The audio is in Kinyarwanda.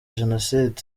jenoside